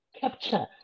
capture